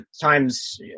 times